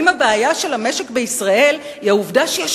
האם הבעיה של המשק בישראל היא העובדה שיש